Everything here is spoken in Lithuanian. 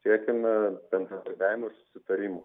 siekėme bendradarbiavimo ir susitarimo